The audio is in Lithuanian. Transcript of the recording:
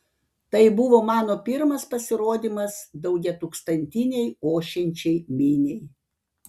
tai buvo mano pirmas pasirodymas daugiatūkstantinei ošiančiai miniai